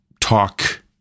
talk